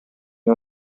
non